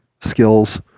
skills